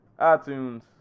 iTunes